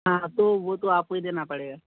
हाँ तो वो तो आपको ही देना पड़ेगा